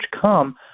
come